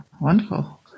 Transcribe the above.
wonderful